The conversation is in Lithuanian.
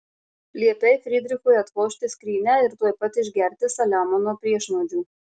liepei frydrichui atvožti skrynią ir tuoj pat išgerti saliamono priešnuodžių